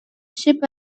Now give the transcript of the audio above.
ship